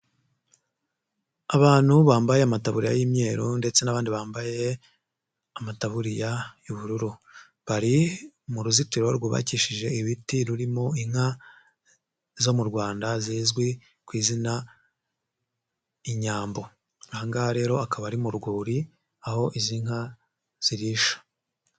Abantu bambaye amataburiya y'imyeru ndetse n'abandi bambaye amataburiya y'ubururu, bari mu ruzitiro rwubakishije ibiti rurimo inka zo mu rwanda zizwi ku izina inyambo, aha ngaha rero akaba ari mu rwuri aho izi nka zirisha.